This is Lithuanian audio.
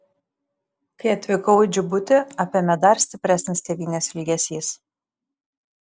kai atvykau į džibutį apėmė dar stipresnis tėvynės ilgesys